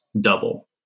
Double